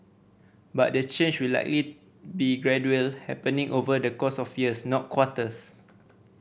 but the change will likely be gradual happening over the course of years not quarters